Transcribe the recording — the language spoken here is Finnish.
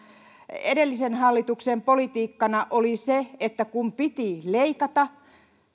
edellisen hallituksen politiikkana oli se että kun piti leikata